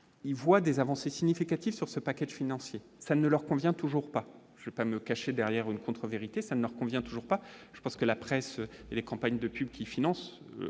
il voit des avancées significatives sur ce package financier, ça ne leur convient toujours pas je vais pas me cacher derrière une contre-vérité, ça ne leur convient toujours pas, je pense que la presse, les campagnes de pub qui finance